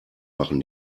machen